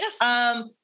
Yes